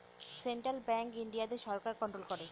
central bank ইন্ডিয়াতে সরকার control করে